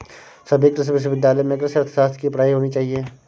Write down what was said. सभी कृषि विश्वविद्यालय में कृषि अर्थशास्त्र की पढ़ाई होनी चाहिए